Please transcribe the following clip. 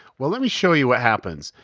well let me show you what happens.